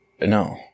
No